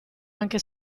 anche